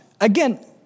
Again